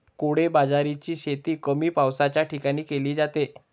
कोडो बाजरीची शेती कमी पावसाच्या ठिकाणी केली जाते